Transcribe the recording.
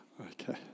Okay